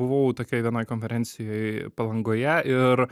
buvau tokioj vienoj konferencijoj palangoje ir